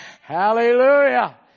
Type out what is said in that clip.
Hallelujah